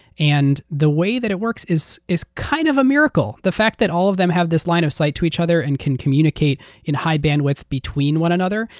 and the way that it works is a kind of miracle. the fact that all of them have this line of sight to each other and can communicate in high bandwidth between one another,